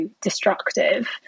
destructive